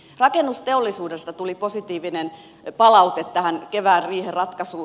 rakennusteollisuudelta tuli positiivinen palaute tähän kevään riihen ratkaisuun